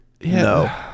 No